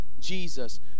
Jesus